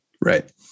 right